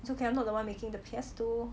it's okay I'm not the one making the pesto